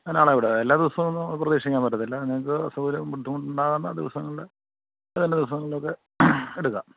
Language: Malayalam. അതിനാളെ വിടാം എല്ലാ ദിവസവുമൊന്നും പ്രതീക്ഷിക്കാൻ പറ്റത്തില്ല നിങ്ങള്ക്ക് അസൗകര്യം ബുദ്ധിമുട്ടുണ്ടാകുന്ന ദിവസങ്ങളില് ദിവസങ്ങളിലൊക്കെ എടുക്കാം